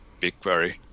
BigQuery